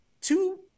two